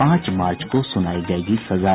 पांच मार्च को सुनाई जायेगी सजा